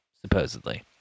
supposedly